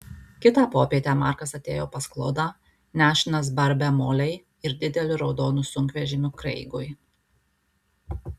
kitą popietę markas atėjo pas klodą nešinas barbe molei ir dideliu raudonu sunkvežimiu kreigui